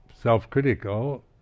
self-critical